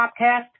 podcast